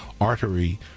artery